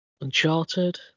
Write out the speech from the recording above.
Uncharted